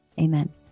amen